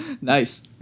Nice